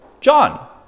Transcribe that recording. John